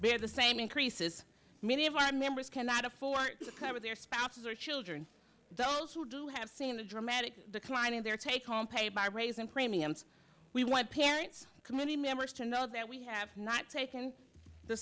be at the same increases many of our members cannot afford to cover their spouses or children those who do have seen a dramatic decline in their take home pay barbra's in premiums we want parents committee members to know that we have not taken the